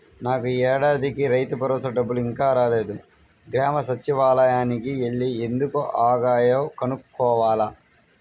నాకు యీ ఏడాదికి రైతుభరోసా డబ్బులు ఇంకా రాలేదు, గ్రామ సచ్చివాలయానికి యెల్లి ఎందుకు ఆగాయో కనుక్కోవాల